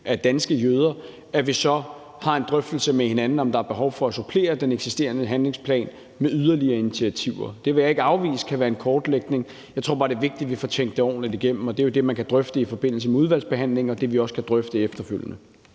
af danske jøder, har en drøftelse med hinanden om, om der er behov for at supplere den eksisterende handlingsplan med yderligere initiativer. Det vil jeg ikke afvise kan være i form af en kortlægning, men jeg tror bare, det er vigtigt, at vi får tænkt det ordentligt igennem, og det er jo det, vi kan drøfte i forbindelse med udvalgsbehandlingen, og det, vi også skal drøfte efterfølgende.